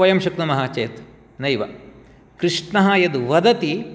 वयं शक्नुमः चेत् नैव कृष्णः यद् वदति